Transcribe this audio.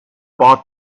bought